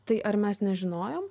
tai ar mes nežinojom